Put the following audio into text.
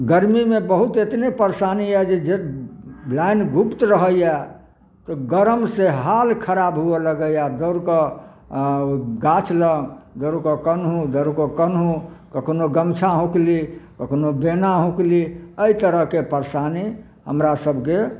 गरमीमे बहुत एतने परशानी यऽ जे लाइन गुप्त रहैया तऽ गरम से हाल खराब हुअ लगैया आ दौड़ कऽ गाछ लङ्ग दौड़ कऽ कनहु दौड़ कऽ कनहु तऽ कोनो गमछा हौँकली तऽ कोनो बेना हौँकली एहि तरहके परशानी हमरा सबके